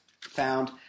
found